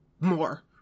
more